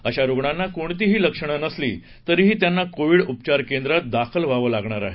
अशा रुग्णांना कोणतीही लक्षणं नसली तरीही त्यांना कोविड उपचार केंद्रात दाखल व्हावं लागणार आहे